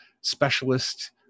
specialist